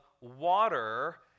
water